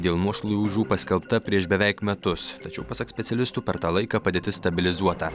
dėl nuošliaužų paskelbta prieš beveik metus tačiau pasak specialistų per tą laiką padėtis stabilizuota